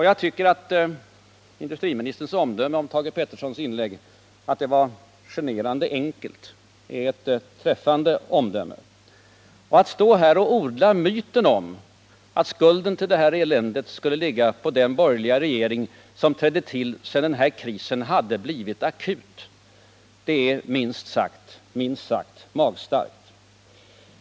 Jag tycker att industriministerns omdöme om Thage Petersons inlägg, att det var generande enkelt, är ett träffande uttryck. Att stå här och odla myten om att skulden till eländet skulle ligga hos den borgerliga regeringen, som trädde till sedan krisen hade blivit akut, är minst sagt magstarkt.